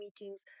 meetings